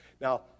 Now